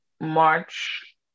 March